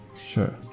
Sure